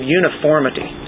uniformity